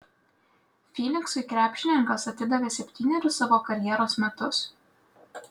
fyniksui krepšininkas atidavė septynerius savo karjeros metus